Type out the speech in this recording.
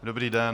Dobrý den.